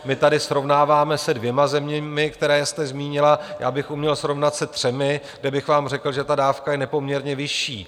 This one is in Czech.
My tady srovnáváme se dvěma zeměmi, které jste zmínila, já bych uměl srovnat se třemi, kde bych vám řekl, že ta dávka je nepoměrně vyšší.